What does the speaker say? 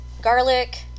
garlic